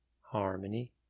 harmony